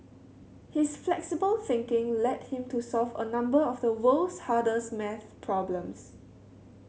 his flexible thinking led him to solve a number of the world's hardest maths problems